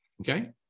okay